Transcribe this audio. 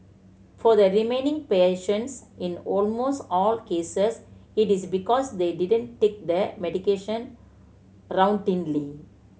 for the remaining patients in almost all cases it is because they didn't take the medication routinely